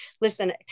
Listen